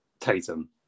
Tatum